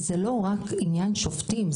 זה לא רק עניין שופטים,